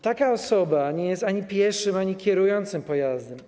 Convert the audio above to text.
Taka osoba nie jest ani pieszym, ani kierującym pojazdem.